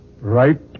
Right